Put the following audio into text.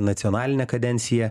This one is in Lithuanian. nacionalinę kadenciją